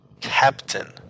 Captain